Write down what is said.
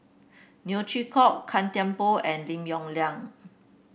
Neo Chwee Kok Gan Thiam Poh and Lim Yong Liang